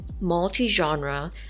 multi-genre